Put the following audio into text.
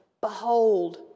Behold